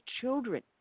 children